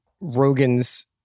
rogan's